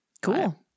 Cool